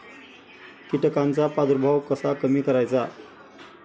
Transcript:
कीटकांचा प्रादुर्भाव कसा कमी करायचा?